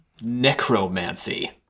necromancy